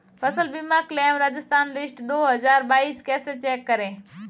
फसल बीमा claim Rajasthan list दो हज़ार बाईस कैसे चेक करें?